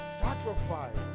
sacrifice